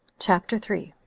chapter three.